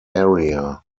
area